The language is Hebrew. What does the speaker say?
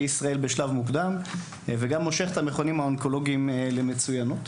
ישראל בשלב מוקדם ומושך את החולים האונקולוגיים למצוינות.